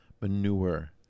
manure